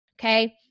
Okay